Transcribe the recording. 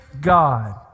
god